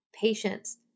patience